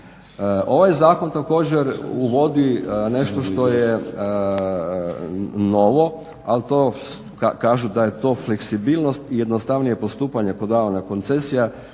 Ovaj zakon također uvodi nešto što je novo ali kažu da je to fleksibilnost i jednostavnije postupanje … koncesija